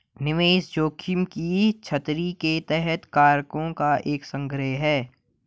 निवेश जोखिम की छतरी के तहत कारकों का एक संग्रह है